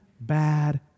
bad